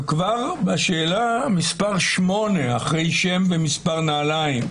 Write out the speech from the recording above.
וכבר בשאלה מספר 8, אחרי שם ומספר נעליים,